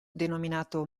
denominato